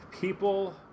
people